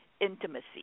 intimacy